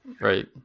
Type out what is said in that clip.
right